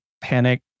panic